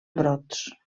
brots